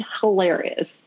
hilarious